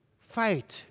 fight